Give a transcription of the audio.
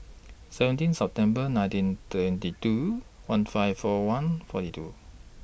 seventeen September nineteen twenty two one five four one forty two